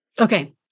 Okay